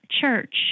church